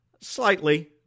slightly